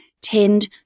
tend